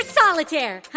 solitaire